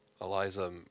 Eliza